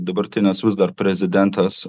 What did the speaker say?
dabartinės vis dar prezidentas